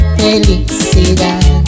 felicidad